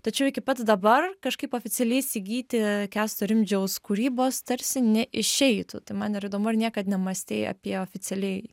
tačiau iki pat dabar kažkaip oficialiai įsigyti kęsto rimdžiaus kūrybos tarsi neišeitų tai man ir įdomu ar niekad nemąstei apie oficialiai